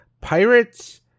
pirates